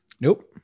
Nope